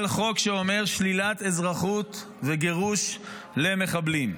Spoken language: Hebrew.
על חוק שאומר שלילת אזרחות וגירוש למחבלים,